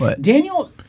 Daniel